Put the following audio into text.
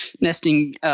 nesting